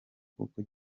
kuko